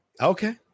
okay